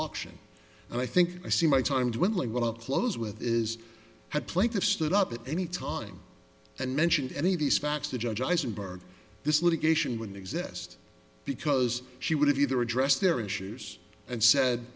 option and i think i see my time doing what i'll close with is had plaintiffs stood up at any time and mentioned any of these facts to judge eisenberg this litigation wouldn't exist because she would have either address their issues and said